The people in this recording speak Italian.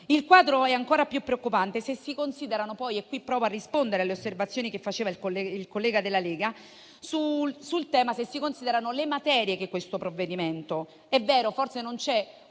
Il quadro è ancora più preoccupante, se si considerano poi - e qui provo a rispondere alle osservazioni che faceva il collega della Lega - le materie di questo provvedimento. È vero, forse non c'è